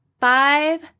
five